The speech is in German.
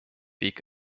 weg